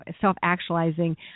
self-actualizing